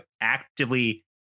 actively